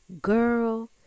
girl